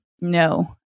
no